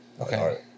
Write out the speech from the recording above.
okay